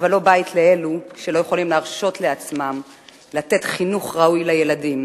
אבל לא בית לאלה שלא יכולים להרשות לעצמם לתת חינוך ראוי לילדים.